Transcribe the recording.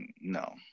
No